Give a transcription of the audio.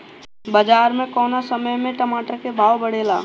बाजार मे कौना समय मे टमाटर के भाव बढ़ेले?